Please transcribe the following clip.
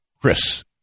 Chris